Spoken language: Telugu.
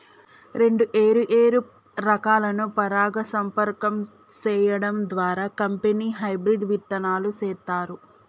రెండు ఏరు ఏరు రకాలను పరాగ సంపర్కం సేయడం ద్వారా కంపెనీ హెబ్రిడ్ ఇత్తనాలు సేత్తారు